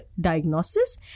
diagnosis